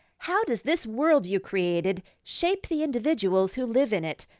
how does this world you created shape the individuals who live in it?